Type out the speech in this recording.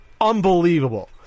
Unbelievable